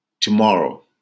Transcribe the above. Tomorrow